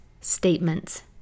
statements